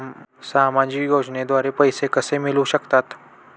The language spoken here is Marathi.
सामाजिक योजनेद्वारे पैसे कसे मिळू शकतात?